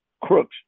crooks